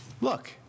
look